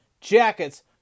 Jackets